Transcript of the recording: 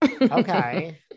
Okay